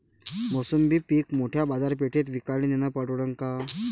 मोसंबी पीक मोठ्या बाजारपेठेत विकाले नेनं परवडन का?